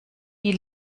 die